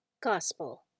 Gospel